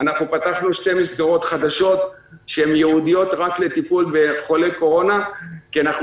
פתחנו שתי מסגרות חדשות שהן ייעודיות רק לטיפול בחולי קורונה כי אנחנו